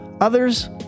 Others